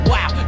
Wow